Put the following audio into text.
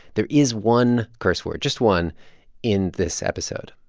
there is one curse word just one in this episode.